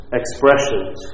expressions